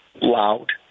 loud